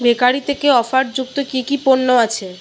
bakery থেকে অফারযুক্ত কী কী পণ্য আছে